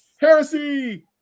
Heresy